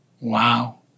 Wow